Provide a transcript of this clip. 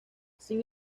sin